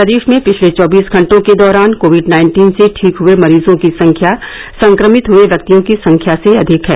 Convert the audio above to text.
प्रदेश में पिछले चौबीस घंटों के दौरान कोविड नाइन्टीन से ठीक हुए मरीजों की संख्या संक्रमित हुए व्यक्तियों की संख्या से अधिक है